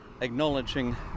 acknowledging